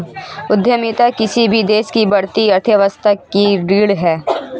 उद्यमिता किसी भी देश की बढ़ती अर्थव्यवस्था की रीढ़ है